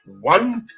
One